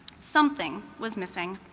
something was missing.